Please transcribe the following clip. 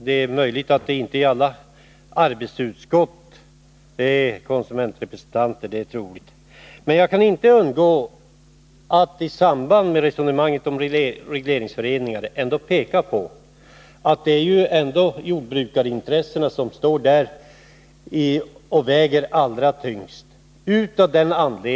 Det är möjligt att det inte är konsumentrepresentanter med i alla arbetsutskott. Jag kan emellertid inte underlåta att i samband med resonemanget om regleringsföreningarna peka på att det är jordbrukarintressena som väger allra tyngst där.